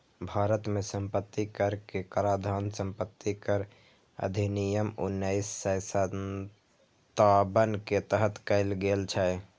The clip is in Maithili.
भारत मे संपत्ति कर के काराधान संपत्ति कर अधिनियम उन्नैस सय सत्तावन के तहत कैल गेल छै